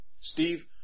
Steve